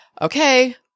okay